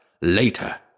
later